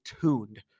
tuned